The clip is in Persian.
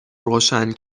روشن